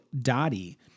Dottie